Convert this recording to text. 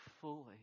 fully